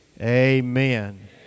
Amen